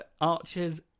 arches